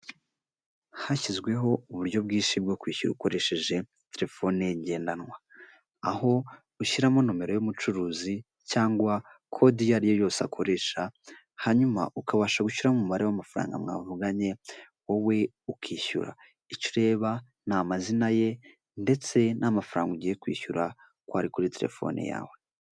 Hashyizweho uburyo bwinshi bwo kwishyura ukoresheje terefone ngendanwa, aho ushyiramo nomero y'umucuruzi cyangwa kode iyo ari yo yose akoresha, hanyuma ukabasha gushyiramo umubare w'amafaranga mwavuganye, wowe ukishyura, icyo ureba n'amazina ye ndetse n'amafaranga ugiye kwishyura kwari kuri terefone yawe.